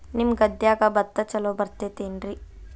ನಿಮ್ಮ ಗದ್ಯಾಗ ಭತ್ತ ಛಲೋ ಬರ್ತೇತೇನ್ರಿ?